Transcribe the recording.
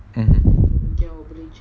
mm